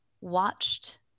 watched